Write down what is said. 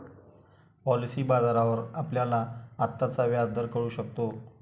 policy बाजारावर आपल्याला आत्ताचा व्याजदर कळू शकतो